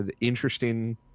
interesting